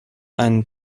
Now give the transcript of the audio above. einen